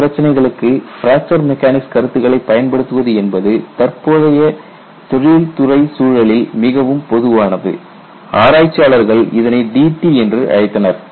கள பிரச்சினைகளுக்கு fracture mechanics கருத்துக்களை பயன்படுத்துவது என்பது தற்போதைய தொழில்துறை சூழலில் மிகவும் பொதுவானது ஆராய்ச்சியாளர்கள் இதனை DT என்று அழைத்தனர்